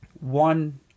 one